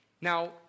Now